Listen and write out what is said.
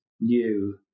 new